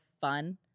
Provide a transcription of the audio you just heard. fun